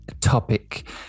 topic